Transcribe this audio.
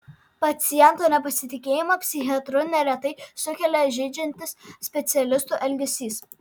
paciento nepasitikėjimą psichiatru neretai sukelia žeidžiantis specialistų elgesys